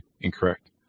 incorrect